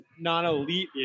non-elite